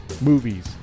movies